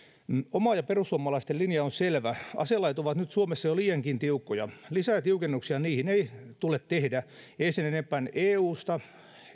oma linjani ja perussuomalaisten linja on selvä aselait ovat nyt suomessa jo liiankin tiukkoja lisää tiukennuksia niihin ei tule tehdä ei sen enempää eusta